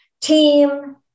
team